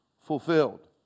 fulfilled